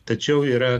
tačiau yra